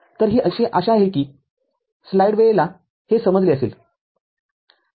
तर ही आशा आहे की स्लाइड वेळेला हे समजले असेल